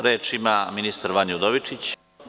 Reč ima ministar Vanja Udovičić.